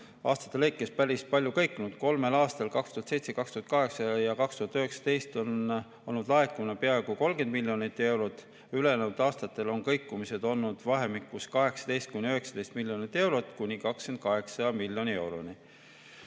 aastate lõikes päris palju kõikunud. Kolmel aastal – 2007, 2008 ja 2019 – on laekumine olnud peaaegu 30 miljonit eurot. Ülejäänud aastatel on kõikumised olnud vahemikus 18–19 miljonit eurot kuni 28 miljonit eurot.